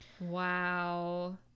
wow